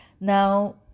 Now